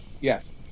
Yes